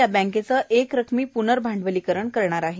या बँकेचं एक रकमी पूनर्भांडवलीकरण करणार आहे